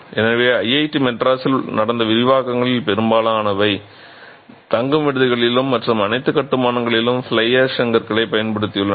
எனவே ஐஐடி மெட்ராஸில் நடந்த விரிவாக்கங்களில் பெரும்பாலானவை தங்கும் விடுதிகளிலும் மற்ற அனைத்து கட்டுமானங்களிலும் ஃபிளை ஆஷ் செங்கற்களை பயன்படுத்தியுள்ளன